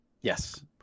Yes